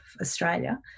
Australia